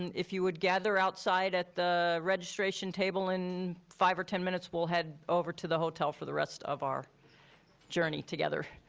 if you would gather outside at the registration table in five or ten minutes, we'll head over to the hotel for the rest of our journey together.